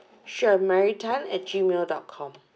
sure mary Tan at gmail dot com